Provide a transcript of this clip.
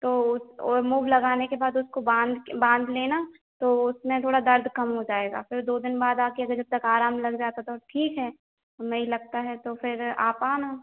तो उत ओए मूव लगाने के बाद उसको बांध के बांध लेना तो उसमें थोड़ा दर्द कम हो जाएगा फिर दो दिन बाद आ कर अगर जब तक आराम लग जाता तो ठीक है नहीं लगता है तो फिर आप आना